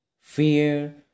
fear